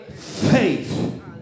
faith